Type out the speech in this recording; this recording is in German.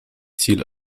ziel